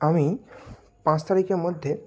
আমি পাঁচ তারিখের মধ্যে